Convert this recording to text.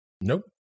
Nope